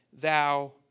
thou